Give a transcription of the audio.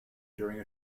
during